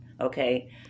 okay